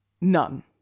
None